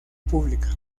pública